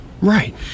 Right